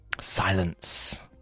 Silence